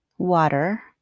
water